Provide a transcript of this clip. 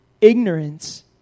Ignorance